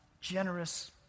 generous